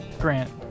Grant